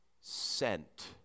sent